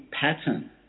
pattern